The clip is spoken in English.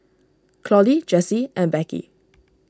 Claudie Jessie and Becky